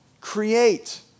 create